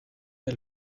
est